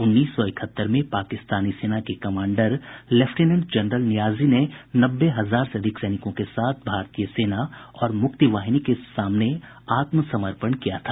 उन्नीस सौ इकहत्तर में पाकिस्तानी सेना के कमांडर लेफ्टिनेंट जनरल नियाजी ने नब्बे हजार से अधिक सैनिकों के साथ भारतीय सेना और मुक्तिवाहिनी के सामने आत्मसमर्पण किया था